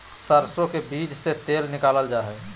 सरसो के बीज से तेल निकालल जा हई